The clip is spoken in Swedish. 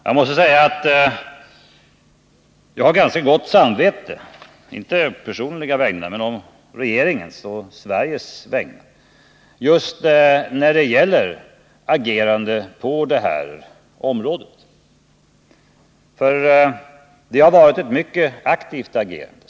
Jag har ganska gott samvete — inte å personliga vägnar men å regeringens och Sveriges vägnar — just när det gäller agerande på det här området. Det har varit ett mycket aktivt agerande.